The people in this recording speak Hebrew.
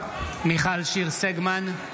מיכל שיר סגמן?